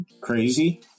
crazy